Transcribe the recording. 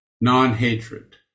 Non-hatred